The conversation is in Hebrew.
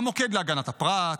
המוקד להגנת הפרט,